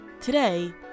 Today